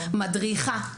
מדריכה,